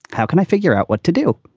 how can i figure out what to do?